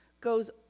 goes